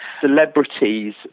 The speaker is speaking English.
celebrities